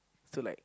to like